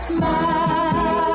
Smile